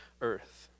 earth